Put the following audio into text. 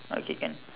okay can